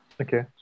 Okay